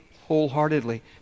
wholeheartedly